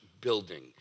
building